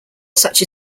such